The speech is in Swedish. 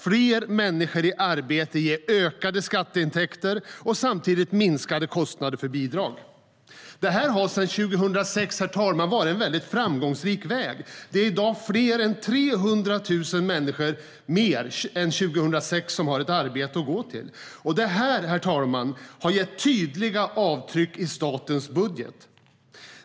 Fler människor i arbete ger ökade skatteintäkter och samtidigt minskade kostnader för bidrag. Det här har sedan 2006, herr talman, varit en framgångsrik väg. Det är i dag 300 000 fler som har ett arbete att gå till jämfört med 2006, och det har gett tydliga avtryck i statens budget.